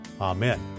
Amen